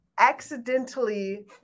accidentally